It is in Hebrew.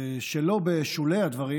ושלא בשולי הדברים,